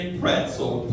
pretzel